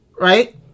right